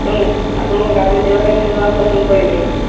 ତେଣୁ ଆପଣଙ୍କ ଗାଡ଼ିରେ ଯିବାପାଇଁ ମୁଁ ଜମା ପସନ୍ଦ କରିବିନି